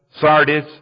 Sardis